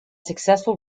successful